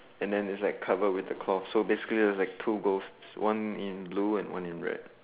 and then is like covered with a cloth so basically is like two ghost one in blue and one in red